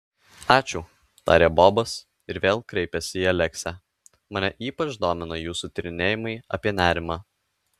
ačiū tarė bobas ir vėl kreipėsi į aleksę mane ypač domina jūsų tyrinėjimai apie nerimą